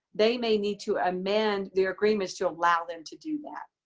they may need to amend their agreements to allow them to do that.